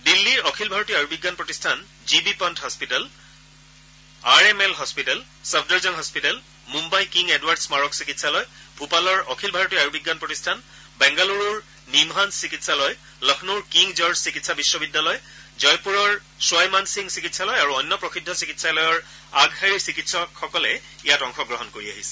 দিল্লীৰ অখিল ভাৰতীয় আয়ুৰ্বিজ্ঞান প্ৰতিষ্ঠান G B Pant hospital R M L hospital Safdarjung hospital Mumbai King Edward স্মাৰক চিকিৎসালয় ভূপালৰ অখিল ভাৰতীয় আয়ুৰ্বিজ্ঞান প্ৰতিষ্ঠান বাংগালুৰুৰ নিমহান্ছ চিকিৎসালয় লক্ষ্ণৌৰ কিং জৰ্জ চিকিৎসা বিশ্ববিদ্যালয় জয়পুৰৰ খৱাই মান সিং চিকিৎসালয় আৰু অন্য প্ৰসিদ্ধ চিকিৎসালয়ৰ আগশাৰীৰ চিকিৎসকসকলে ইয়াত অংশগ্ৰহণ কৰি আহিছে